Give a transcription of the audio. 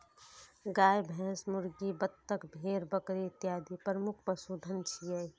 गाय, भैंस, मुर्गी, बत्तख, भेड़, बकरी इत्यादि प्रमुख पशुधन छियै